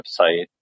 website